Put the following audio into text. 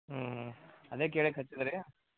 ಹ್ಞೂ ಅದೇ ಕೇಳ್ಲಿಕ್ಕೆ ಹಚ್ಚಿದ್ದು ರೀ